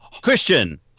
Christian